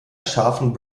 scharfen